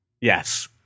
Yes